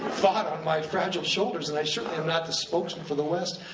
thought on my fragile shoulders, and i certainly am not the spokesman for the west.